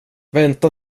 vänta